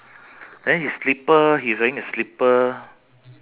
hmm your sea is blue in colour